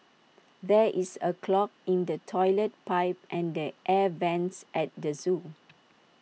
there is A clog in the Toilet Pipe and the air Vents at the Zoo